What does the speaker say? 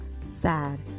sad